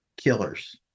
killers